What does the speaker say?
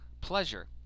pleasure